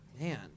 Man